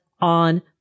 on